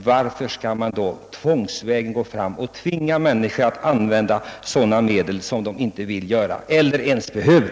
Varför skall man då gå tvångsvägen och tvinga människorna att använda medel som de inte vill ha eller ens behöver?